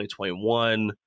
2021